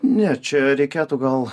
ne čia reikėtų gal